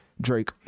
drake